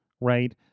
right